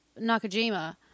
Nakajima